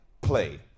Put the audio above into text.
play